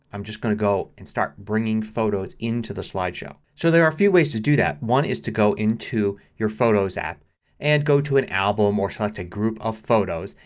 i'm just going to go and start bringing photos into the slideshow. so there are a few ways to do that. one is to go into your photos app and go to an album or select a group of photos.